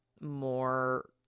more